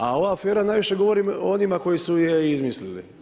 A ova afera najviše govori o onima koji su je i izmislili.